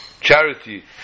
charity